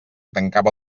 tancava